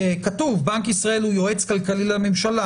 כתוב: בנק ישראל הוא יועץ כלכלי לממשלה.